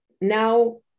now